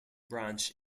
branch